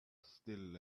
still